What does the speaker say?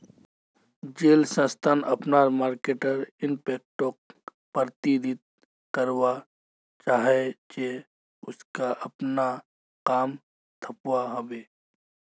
जेल संस्था अपना मर्केटर इम्पैक्टोक प्रबधित करवा चाह्चे उसाक अपना काम थम्वा होबे